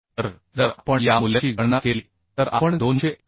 तर जर आपण या मूल्याची गणना केली तर आपण 251